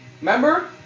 remember